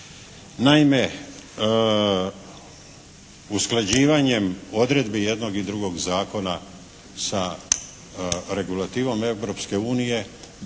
Naime, usklađivanjem odredbi jednog i drugog zakona sa regulativom